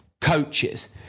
coaches